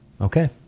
Okay